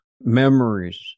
memories